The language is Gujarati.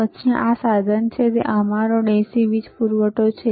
પછી આ તે સાધન છે જે તમારો DC વીજ પૂરવઠો છે